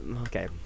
okay